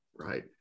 Right